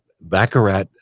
baccarat